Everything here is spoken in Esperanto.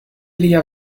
lia